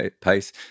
pace